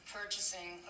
purchasing